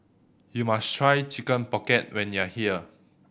you must try Chicken Pocket when you are here